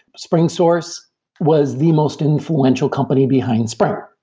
springsource was the most influential company behind spring.